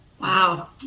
Wow